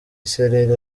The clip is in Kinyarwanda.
isereri